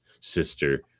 sister